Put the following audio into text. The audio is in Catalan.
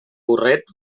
burret